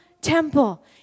temple